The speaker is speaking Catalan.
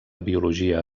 biologia